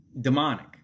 demonic